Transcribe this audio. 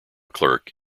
clerk